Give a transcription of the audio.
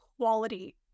quality